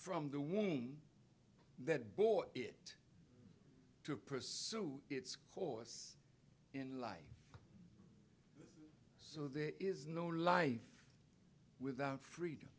from the womb that bore it to pursue its course in life so there is no life without freedom